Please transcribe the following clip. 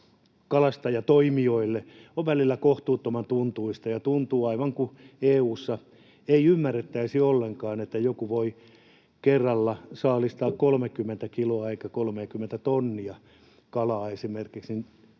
kalastajatoimijoille on välillä kohtuuttoman tuntuista. Tuntuu, että aivan kuin EU:ssa ei ymmärrettäisi ollenkaan, että esimerkiksi joku voi kerralla saalistaa 30 kiloa eikä 30 tonnia kalaa.